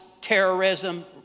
terrorism